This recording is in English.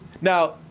now